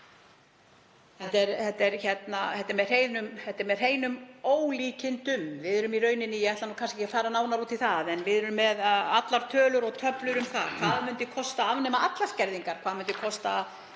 Þetta er með hreinum ólíkindum. Ég ætla kannski ekki að fara nánar út í það, en við erum með allar tölur og töflur um það hvað það myndi kosta að afnema allar skerðingar, hvað myndi kosta